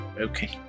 Okay